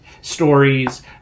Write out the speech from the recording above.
stories